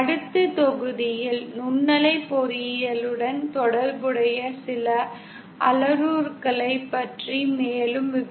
அடுத்த தொகுதியில் நுண்ணலை பொறியியலுடன் தொடர்புடைய சில அளவுருக்களைப் பற்றி மேலும் விவாதிப்போம்